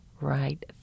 right